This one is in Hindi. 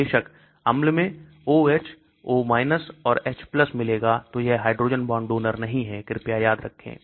बेशक अम्ल में O H O और H मिलेगा तो यह हाइड्रोजन बॉन्ड डोनर नहीं है कृपया याद रखें